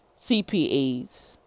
CPAs